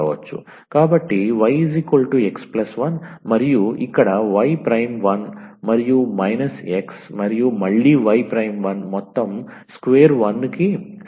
కాబట్టి 𝑦 𝑥 1 మరియు ఇక్కడ y ప్రైమ్ 1 మరియు మైనస్ x మరియు మళ్ళీ y ప్రైమ్ 1 మొత్తం స్క్వేర్ 1 కి సమానం అవుతుంది